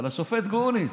על השופט גרוניס.